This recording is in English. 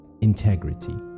integrity